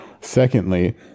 Secondly